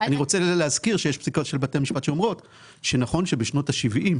אני רוצה להזכיר שיש פסיקות של בתי משפט שאומרות שנכון שבשנות ה-70,